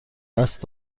دست